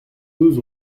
douze